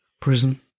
Prison